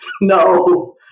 No